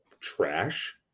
trash